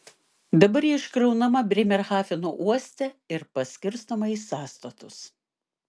dabar ji iškraunama brėmerhafeno uoste ir paskirstoma į sąstatus